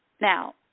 Now